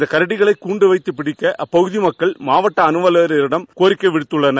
இந்தக் கரடிகளை கூண்டு வைத்தட் பிடிக்க அப்பகுதி மக்கள் மாவட்ட வன அலுவலரிடம் கோரிக்கை விடுத்துள்ளனர்